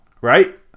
right